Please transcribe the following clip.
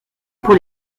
pour